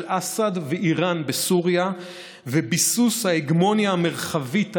אסד ואיראן בסוריה וביסוס ההגמוניה המרחבית האיראנית,